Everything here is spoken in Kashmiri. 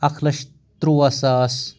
اکھ لچھ تٕرٛووا ساس